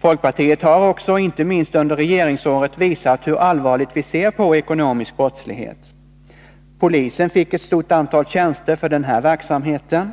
Folkpartiet har också, inte minst under regeringsåren, visat hur allvarligt vi ser på ekonomisk brottslighet. Polisen fick ett stort antal tjänster för den här verksamheten.